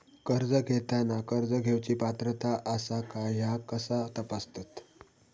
कर्ज घेताना कर्ज घेवची पात्रता आसा काय ह्या कसा तपासतात?